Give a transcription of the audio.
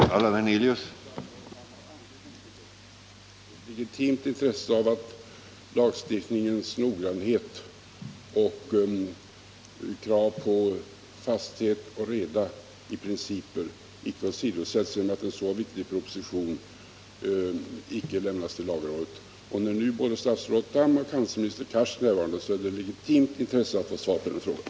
Herr talman! Statsrådet Tham har anledning till det. Det är ett legitimt intresse att kravet på lagstiftningens noggrannhet, fasthet och reda i principer icke åsidosätts genom att en så viktig proposition icke lämnas till lagrådet. När nu både statsrådet Tham och handelsminister Cars är närvarande är det också ett legitimt intresse att få svar på den frågan.